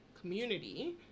community